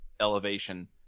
elevation